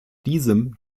diesem